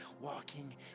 walking